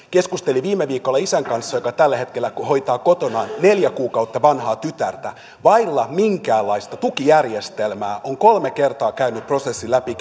keskustelin viime viikolla isän kanssa joka tällä hetkellä hoitaa kotonaan neljä kuukautta vanhaa tytärtä vailla minkäänlaista tukijärjestelmää hän on kolme kertaa käynyt prosessin läpi